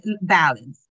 balance